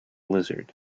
lizard